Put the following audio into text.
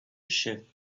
shift